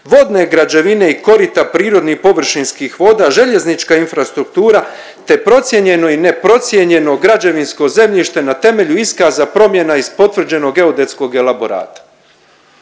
vodne građevine i korita prirodnih površinskih voda, željeznička infrastruktura te procijenjeno i neprocijenjeno građevinsko zemljište na temelju iskaza promjena iz potvrđenog geodetskog elaborata.